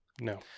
No